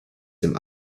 dem